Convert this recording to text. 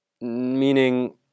meaning